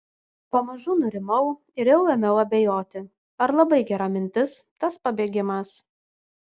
pamažu nurimau ir jau ėmiau abejoti ar labai gera mintis tas pabėgimas